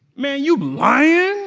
man, you lying